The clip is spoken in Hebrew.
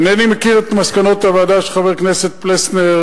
אינני מכיר את מסקנות הוועדה שחבר הכנסת פלסנר